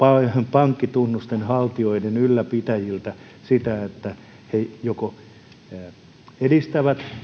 pankkitunnusten haltijoiden ylläpitäjiltä sitä että he edistävät